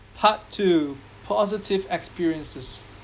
part two positive experiences